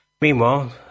Meanwhile